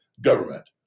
Government